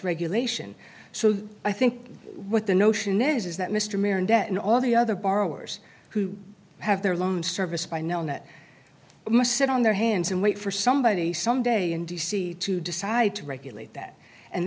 regulation so i think what the notion is is that mr mayor and then all the other borrowers who have their limbs service by now and that must sit on their hands and wait for somebody some day in d c to decide to regulate that and